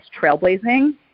trailblazing